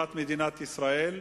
לטובת מדינת ישראל,